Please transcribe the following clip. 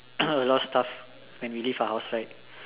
a lot of stuff when we leave the house right